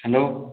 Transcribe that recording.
hello